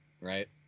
right